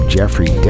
Jeffrey